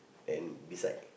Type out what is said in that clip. and beside